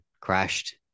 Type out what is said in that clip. crashed